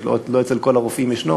שלא אצל כל הרופאים ישנו,